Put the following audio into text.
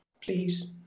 please